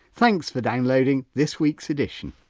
thanks for downloading this week's edition.